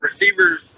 receivers